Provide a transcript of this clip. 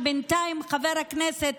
בינתיים חבר הכנסת